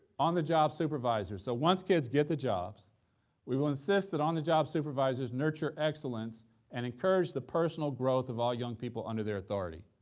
on-the-job supervisors. so once kids get the jobs we will insist that on-the-job supervisors nurture excellence and encourage the personal growth of all young people under their authority.